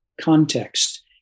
context